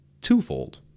twofold